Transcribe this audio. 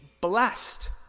blessed